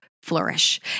flourish